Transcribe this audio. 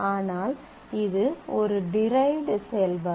ஆனால் இது ஒரு டிரைவ்ட் செயல்பாடு